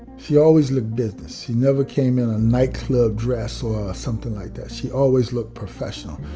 she always looked business. she never came in a nightclub dress, or something like that. she always looked professional.